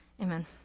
Amen